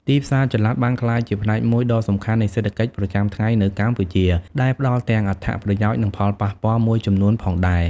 ទីផ្សារចល័តបានក្លាយជាផ្នែកមួយដ៏សំខាន់នៃសេដ្ឋកិច្ចប្រចាំថ្ងៃនៅកម្ពុជា ដែលផ្តល់ទាំងអត្ថប្រយោជន៍ និងផលប៉ះពាល់មួយចំនួនផងដែរ។